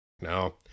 No